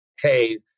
hey